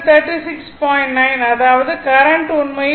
9 அதாவது கரண்ட் உண்மையில் 43